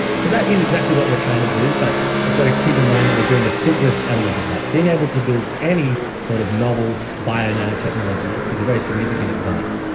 so that is exactly what we're trying to do, but we've got to keep in mind that we're doing the simplest element of that. being able to build any sort of novel bio-nanotechnology is a very significant advance.